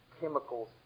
chemicals